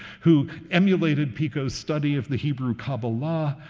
who emulated pico's study of the hebrew kabbalah,